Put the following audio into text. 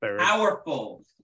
powerful